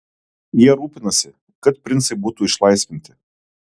jie rūpinasi kad princai būtų išlaisvinti